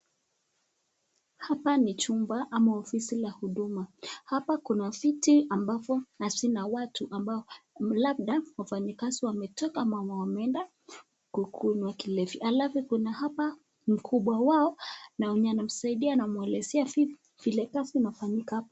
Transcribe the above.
Hapa ni chumba ama ofisi la huduma. Hapa kuna viti ambavyo hazina watu ambavyo labda wafanyikazi wametoka ama wameenda kunywa kilevi. Alafu kuna hapa mkubwa wao na wenye anamsaidia na kumuelezea vile kazi inafanyika.